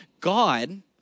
God